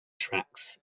tracks